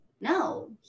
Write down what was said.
no